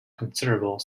considerable